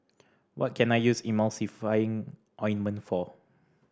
what can I use Emulsying Ointment for